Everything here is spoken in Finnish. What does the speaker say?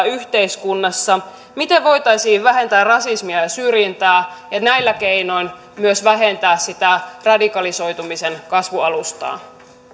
yhteiskunnassa miten voitaisiin vähentää rasismia ja syrjintää ja näillä keinoin myös vähentää sitä radikalisoitumisen kasvualustaa